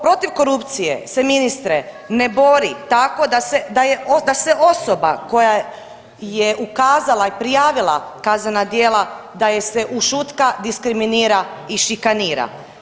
Protiv korupcije se ministre ne bori tako da se osoba koja je ukazala i prijavila kaznena djela da je se ušutka, diskriminira i šikanira.